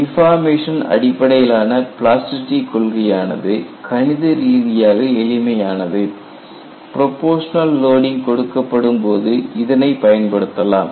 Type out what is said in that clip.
deformation அடிப்படையிலான plasticity கொள்கை ஆனது கணித ரீதியாக எளிமையானது ப்ரொபோஷனல் லோடிங் கொடுக்கப்படும் போது இதனைப் பயன்படுத்தலாம்